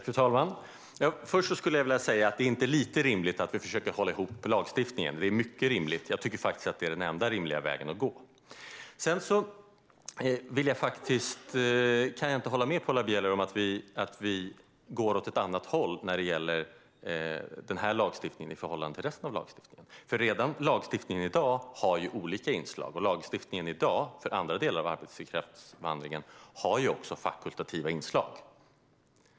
Fru talman! Först skulle jag vilja säga att det inte är lite rimligt att vi försöker hålla ihop lagstiftningen, utan det är mycket rimligt. Jag tycker faktiskt att det är den enda rimliga vägen att gå. Jag kan inte hålla med Paula Bieler om att vi går åt ett annat håll när det gäller den här lagstiftningen i förhållande till resten av lagstiftningen. Redan lagstiftningen i dag har olika inslag, och lagstiftningen i dag för andra delar av arbetskraftsinvandringen har också fakultativa inslag.